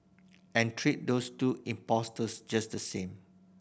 and treat those two impostors just the same